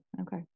Okay